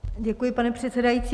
Děkuji, pane předsedající.